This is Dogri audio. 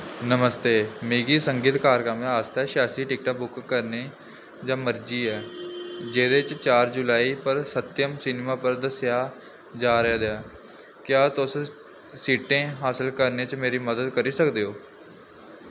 नमस्ते मिगी संगीत कार्यक्रम आस्तै छेआसी टिकटां बुक करने च मर्जी ऐ जेह्ड़ा चार जुलाई पर सत्यम सिनेमा पर दस्सेआ जा रदा ऐ क्या तुस सीटें हासल करने च मेरी मदद करी सकदे ओ